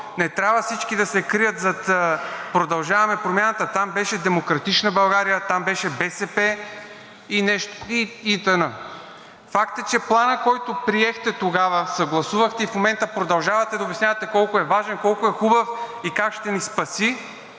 не трябва всички да се крият зад „Продължаваме Промяната“ – там беше „Демократична България“, там беше БСП и ИТН. Факт е, че Планът, който приехте тогава и съгласувахте и в момента продължавате да обяснявате колко е важен, колко е хубав и как ще ни спаси,